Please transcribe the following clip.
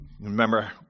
Remember